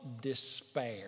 despair